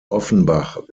offenbach